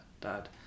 dad